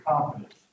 confidence